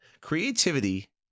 creativity